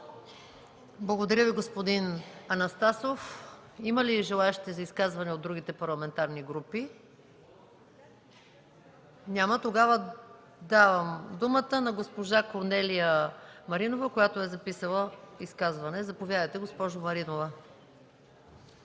Благодаря Ви, господин Анастасов. Има ли желаещи за изказвания от другите парламентарни групи? Давам думата на госпожа Корнелия Маринова, която е записана за изказване. Заповядайте, госпожо Маринова.